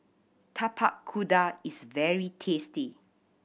Tapak Kuda is very tasty